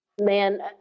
man